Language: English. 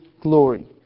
glory